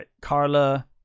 Carla